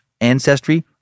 ancestry